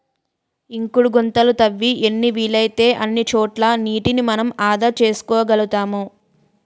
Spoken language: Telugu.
ఇంకుడు గుంతలు తవ్వి ఎన్ని వీలైతే అన్ని చోట్ల నీటిని మనం ఆదా చేసుకోగలుతాం